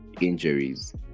injuries